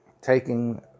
taking